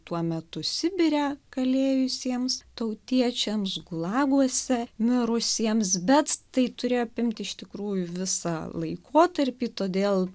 tuo metu sibire kalėjusiems tautiečiams gulaguose mirusiems bet tai turėjo apimt iš tikrųjų visą laikotarpį todėl